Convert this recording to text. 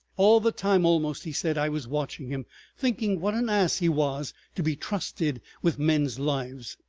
all the time almost, he said, i was watching him thinking what an ass he was to be trusted with men's lives.